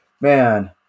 man